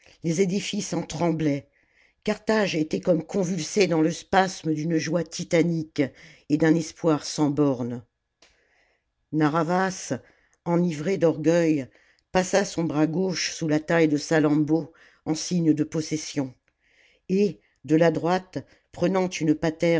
les édifices en tremblaient carthage était comme convulsée dans le spasme d'une joie titanique et d'un espoir sans bornes narr'havas enivré d'orgueil passa son bras gauche sous la taille de salammbô en signe de possession et de la droite prenant une patère